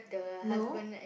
no